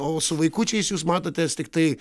o su vaikučiais jūs matotės tiktai